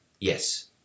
Yes